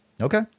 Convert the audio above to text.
Okay